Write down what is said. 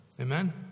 Amen